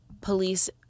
police